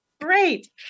Great